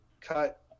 cut